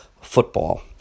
football